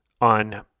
on